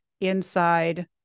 inside